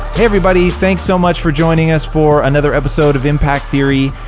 everybody thanks so much for joining us for another episode of impact theory.